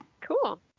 Cool